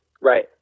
right